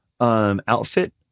outfit